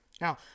Now